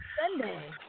Sunday